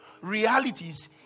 realities